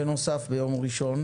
ביום ראשון